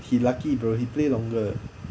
he lucky bro he play longer